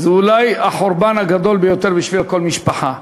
זה אולי החורבן הגדול ביותר בשביל כל משפחה.